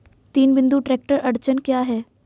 तीन बिंदु ट्रैक्टर अड़चन क्या है?